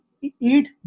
Eat